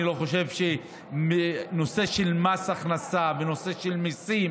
אני חושב שנושא של מס הכנסה ונושא של מיסים